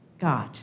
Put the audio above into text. God